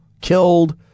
killed